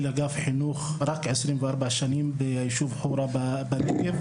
אגף חינוך רק 24 שנים ביישוב חורה בנגב,